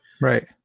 Right